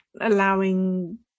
allowing